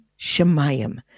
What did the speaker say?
shemayim